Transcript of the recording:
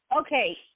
Okay